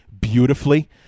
beautifully